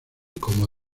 como